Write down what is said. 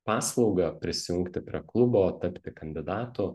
paslaugą prisijungti prie klubo tapti kandidatu